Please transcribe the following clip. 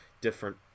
different